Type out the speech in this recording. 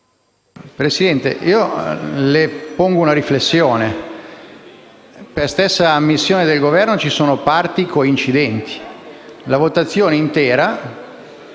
Presidente, le pongo una riflessione. Per stessa ammissione del Governo, ci sono parti coincidenti. La votazione per